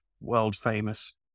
world-famous